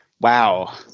Wow